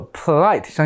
polite